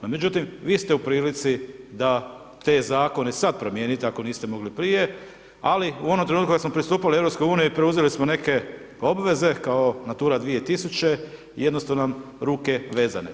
No međutim, vi ste u prilici da te zakone sad promijenit ako niste mogli prije, ali u onom trenutku kad smo pristupali EU i preuzeli smo neke obveze, kao Natura 2000 jednostavno ruke vezane.